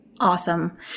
Awesome